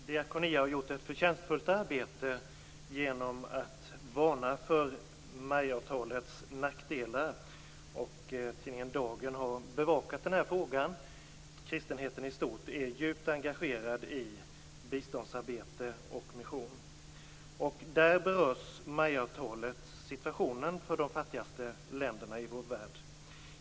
Herr talman! Diakonia har gjort ett förtjänstfullt arbete genom att varna för MAI-avtalets nackdelar. Tidningen Dagen har bevakat den här frågan. Kristenheten i stort är djupt engagerad i biståndsarbete och mission. MAI-avtalet berör situationen för de fattigaste länderna i vår värld.